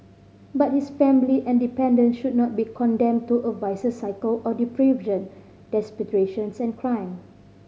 but his family and dependants should not be condemned to a vicious cycle of deprivation desperation and crime